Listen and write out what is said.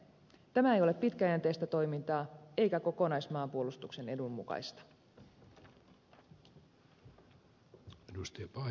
tämä ei ole pitkäjänteistä toimintaa eikä kokonaismaanpuolustuksen edun mukaista